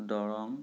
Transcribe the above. Darrang